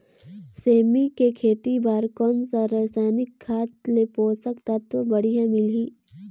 सेमी के खेती बार कोन सा रसायनिक खाद ले पोषक तत्व बढ़िया मिलही?